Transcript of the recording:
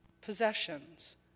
possessions